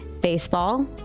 Baseball